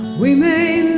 we may